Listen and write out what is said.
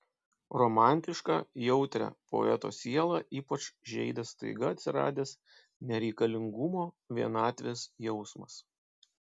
romantišką jautrią poeto sielą ypač žeidė staiga atsiradęs nereikalingumo vienatvės jausmas